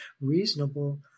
reasonable